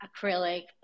acrylic